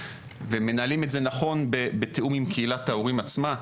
ומנהלים את זה נכון בתאום עם קהילת ההורים עצמה.